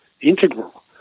integral